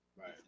Right